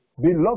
Beloved